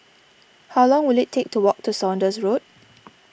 how long will it take to walk to Saunders Road